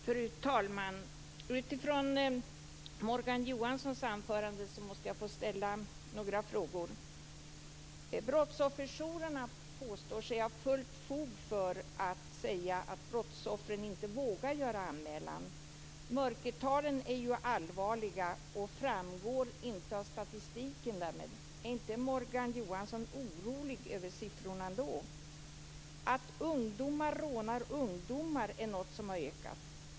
Fru talman! Utifrån Morgan Johanssons anförande måste jag få ställa några frågor. Brottsofferjourerna påstår sig ha fullt fog för att säga att brottsoffren inte vågar göra anmälan. Mörkertalen är ju allvarliga och framgår därmed inte av statistiken. Är inte Morgan Johansson orolig över siffrorna? Att ungdomar rånar ungdomar är något som har ökat.